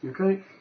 Okay